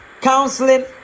counseling